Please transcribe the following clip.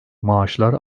maaşlar